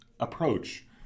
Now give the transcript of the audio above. approach